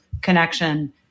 connection